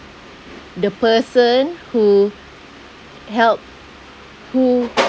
the person who helped who